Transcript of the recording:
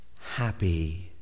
happy